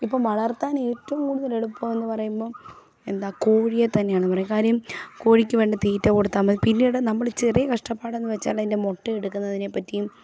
ഇപ്പം വളർത്താൻ ഏറ്റവും കൂടുതൽ എളുപ്പമെന്ന് പറയുമ്പം എന്താണ് കോഴിയെ തന്നെയാണ് പറയുക കാര്യം കോഴിക്ക് വേണ്ട തീറ്റ കൊടുത്താൽ മതി പിന്നീട് നമ്മൾ ചെറിയ കഷ്ടപ്പാടെന്ന് വച്ചാൽ അതിൻ്റെ മുട്ട എടുക്കുന്നതിനെ പറ്റിയും